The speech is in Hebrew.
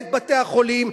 את בתי-החולים,